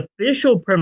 official